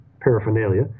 paraphernalia